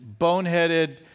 boneheaded